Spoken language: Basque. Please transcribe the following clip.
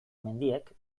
mendiek